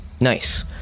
Nice